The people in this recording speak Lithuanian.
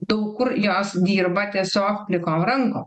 daug kur jos dirba tiesiog plikom rankom